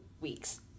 weeks